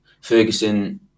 Ferguson